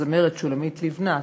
הזמרת שולמית לבנת,